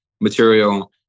material